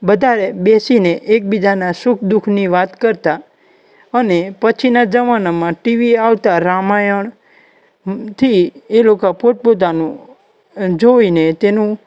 બધાએ બેસીને એકબીજાના સુખ દુઃખની વાત કરતા અને પછીના જમાનામાં ટીવી આવતાં રામાયણથી એ લોકો પોતપોતાનું જોઈને તેનું